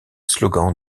slogan